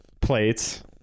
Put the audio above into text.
plates